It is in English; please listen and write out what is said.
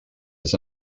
his